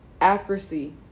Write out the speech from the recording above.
accuracy